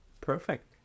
Perfect